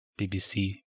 BBC